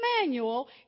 manual